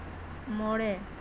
ᱢᱚᱬᱮ